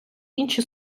інші